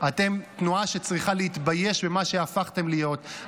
אתם תנועה שצריכה להתבייש במה שהפכתם להיות.